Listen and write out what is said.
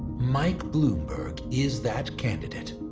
mike bloomberg is that candidate.